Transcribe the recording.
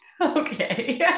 okay